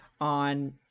on